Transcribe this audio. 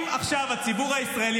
אם עכשיו הציבור הישראלי,